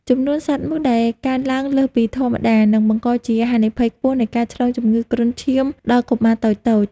ចំនួនសត្វមូសដែលកើនឡើងលើសពីធម្មតានឹងបង្កជាហានិភ័យខ្ពស់នៃការឆ្លងជំងឺគ្រុនឈាមដល់កុមារតូចៗ។